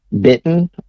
bitten